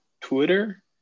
Twitter